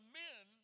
men